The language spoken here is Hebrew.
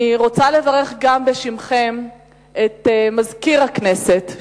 אני רוצה לברך גם בשמכם את מזכיר הכנסת,